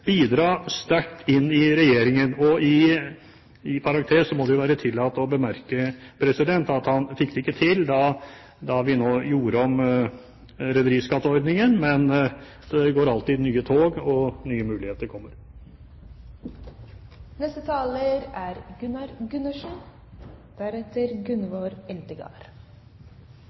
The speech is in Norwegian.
bidra sterkt inn i regjeringen. I parentes må det være tillatt å bemerke at han fikk det ikke til da vi gjorde om rederiskatteordningen, men det går alltid nye tog, og nye muligheter